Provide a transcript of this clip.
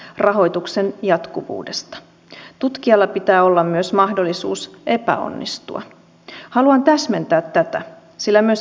ne eivät ole menneinä vuosina auttaneet pysyvien työpaikkojen luomisessa minkä takia ne auttaisivat nytkään sen paremmin